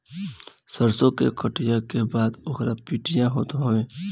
सरसो के कटिया के बाद ओकर पिटिया होत हवे